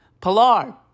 Pilar